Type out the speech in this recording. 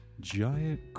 Giant